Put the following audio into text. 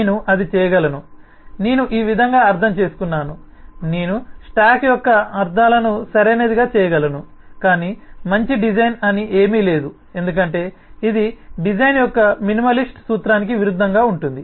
నేను అది చేయగలను నేను ఈ విధంగా అర్థం చేసుకున్నాను నేను స్టాక్ యొక్క అర్థాలను సరైనదిగా చేయగలను కాని మంచి డిజైన్ అని ఏమీ లేదు ఎందుకంటే ఇది డిజైన్ యొక్క మినిమలిస్ట్ సూత్రానికి విరుద్ధంగా ఉంటుంది